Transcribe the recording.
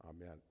Amen